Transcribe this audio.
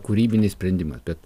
kūrybinis sprendimas bet